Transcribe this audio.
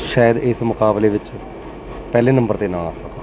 ਸ਼ਾਇਦ ਇਸ ਮੁਕਾਬਲੇ ਵਿੱਚ ਪਹਿਲੇ ਨੰਬਰ 'ਤੇ ਨਾ ਆ ਸਕਾਂ